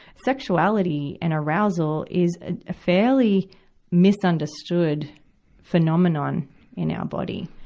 sexuality and arousal is a fairly misunderstood phenomenon in our body.